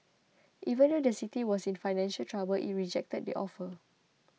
even though the city was in financial trouble it rejected the offer